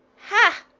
ha!